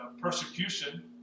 persecution